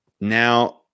Now